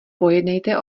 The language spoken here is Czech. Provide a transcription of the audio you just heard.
pojednejte